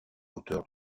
hauteurs